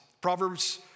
Proverbs